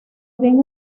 ven